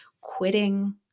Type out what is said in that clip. quitting